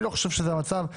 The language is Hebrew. אני לא חושב שזה המצב.